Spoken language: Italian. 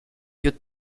più